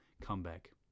comeback